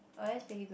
oh that's pretty good